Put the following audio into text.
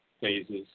phases